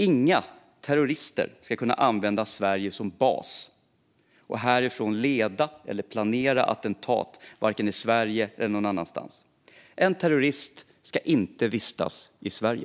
Inga terrorister ska kunna använda Sverige som bas och härifrån leda eller planera attentat - varken i Sverige eller någon annanstans. En terrorist ska inte vistas i Sverige.